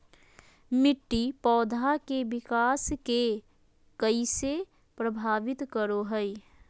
मिट्टी पौधा के विकास के कइसे प्रभावित करो हइ?